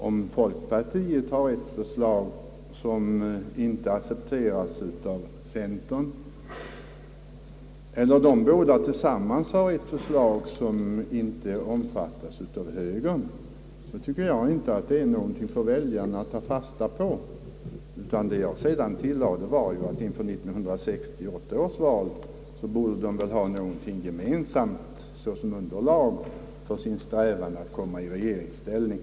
Om folkpartiet har ett förslag, som inte accepteras av centern, eller om de båda partierna tillsammans har ett förslag som inte omfattas av högern, tycker jag inte att det är något för väljarna att ta fasta på. Jag tillade sedan att vid 1968 års val så borde de borgerliga väl ha någonting gemensamt såsom underlag för sin strävan att komma i regeringsställning.